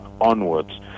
onwards